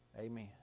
Amen